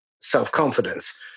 self-confidence